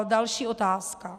Další otázka.